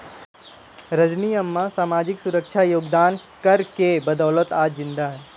रजनी अम्मा सामाजिक सुरक्षा योगदान कर के बदौलत आज जिंदा है